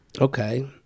Okay